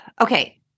okay